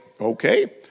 Okay